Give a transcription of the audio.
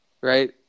Right